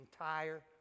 entire